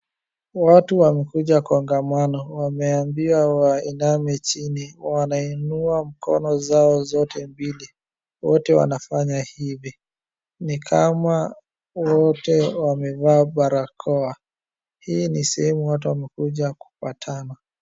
Watu wamekuja kongamano. Wameambiwa wainame chini. Wanainua mkono zao zote mbili. Wote wanafanya hivi. Ni kama wote wamevaa barakoa. Hii nisehemu watu wamekuja kupatana.